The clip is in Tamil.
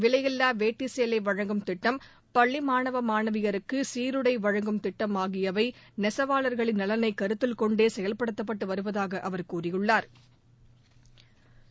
விலையில்லா வேட்டிசேலை வழங்கும் திட்டம் பள்ளி மாணவ மாணவியருக்கு சீருடை வழங்கும் திட்டம் ஆகியவை நெசவாளர்களின் நலனை கருத்தில் கொண்டே செயல்படுத்தப்பட்டு வருவதாக அவர் கூறியுள்ளா்